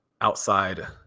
outside